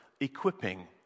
equipping